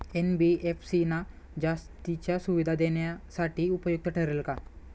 NBFC ना जास्तीच्या सुविधा देण्यासाठी उपयुक्त ठरेल का?